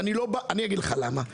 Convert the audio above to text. אני אגיד לך למה,